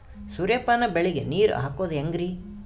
ಸೂರ್ಯಪಾನ ಬೆಳಿಗ ನೀರ್ ಹಾಕೋದ ಹೆಂಗರಿ?